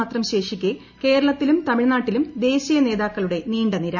മാത്രം ശേഷിക്കെ കേരളത്തിലും തമിഴ്നാട്ടിലും ദേശീയ നേതാക്കളുടെ നീണ്ട്നിര